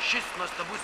šis nuostabus